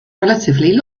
relatively